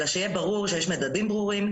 אלא שיהיה ברור שיש מדדים ברורים,